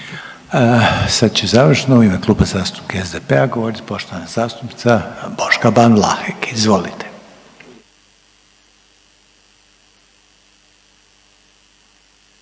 Sad će završno u ime Kluba zastupnika SDP-a poštovana zastupnica Boška Ban Vlahek, izvolite.